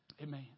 Amen